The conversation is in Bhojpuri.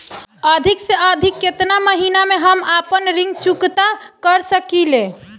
अधिक से अधिक केतना महीना में हम आपन ऋण चुकता कर सकी ले?